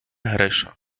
гриша